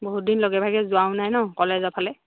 বহুত দিন লগে ভাগে যোৱাও নাই ন কলেজৰফালে